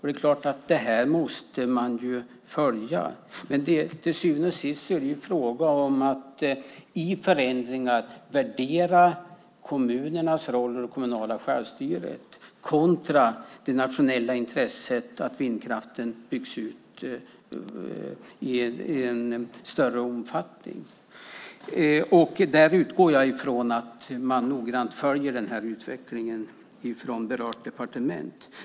Det är klart att man måste följa detta. Till syvende och sist är det fråga om att i förändringar värdera kommunernas roll och det kommunala självstyret kontra det nationella intresset av att vindkraften byggs ut i större omfattning. Jag utgår ifrån att man noggrant följer utvecklingen från berört departement.